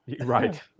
right